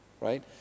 right